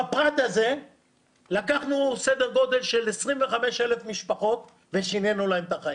בפרט הזה לקחנו סדר גודל של 25,000 משפחות ושינינו להם את החיים.